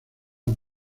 por